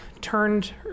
turned